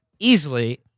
easily